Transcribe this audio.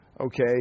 Okay